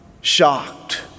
shocked